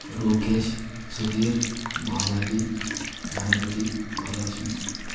Rukesh Sudheer Balaji Ganapathi Varalakshmi